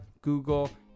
Google